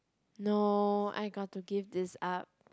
no I got to give this up